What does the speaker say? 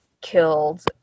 killed